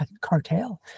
cartel